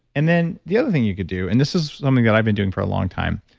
and then the other thing you could do, and this is something that i've been doing for a long time,